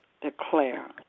declare